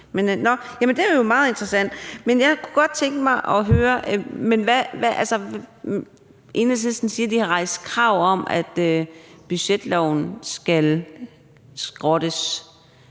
det er jo meget interessant. Jeg kunne godt tænke mig at høre, når Enhedslisten siger, at de har rejst krav om, at budgetloven skal skrottes,